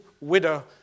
widow